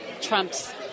Trump's